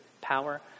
power